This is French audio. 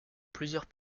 plusieurs